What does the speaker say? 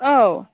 औ